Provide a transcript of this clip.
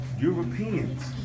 Europeans